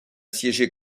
siéger